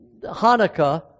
Hanukkah